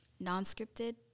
non-scripted